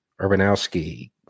Urbanowski